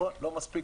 נכון, לא מספיק.